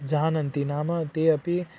जानन्ति नाम ते अपि